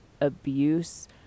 abuse